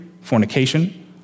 fornication